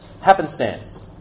happenstance